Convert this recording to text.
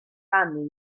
canu